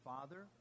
Father